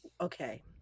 Okay